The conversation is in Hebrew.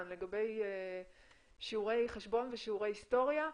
לגבי שיעורי חשבון ושיעורי היסטוריה,